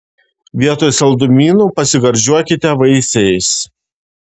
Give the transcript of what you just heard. vietoj saldumynų pasigardžiuokite vaisiais